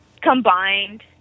combined